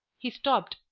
he stopped,